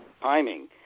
timing